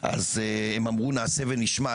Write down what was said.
הם אמרו "נעשה ונשמע",